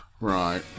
right